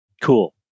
Cool